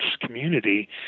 community